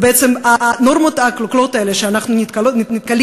הנורמות הקלוקלות האלה שאנחנו נתקלים